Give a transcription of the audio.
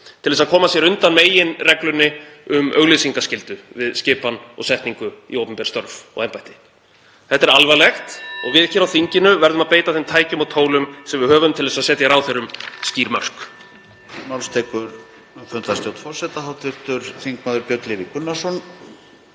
til að koma sér undan meginreglunni um auglýsingaskyldu við skipan og setningu í opinber störf og embætti. Þetta er alvarlegt (Forseti hringir.) og við hér á þinginu verðum að beita þeim tækjum og tólum sem við höfum til að setja ráðherrum skýr mörk.